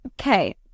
Okay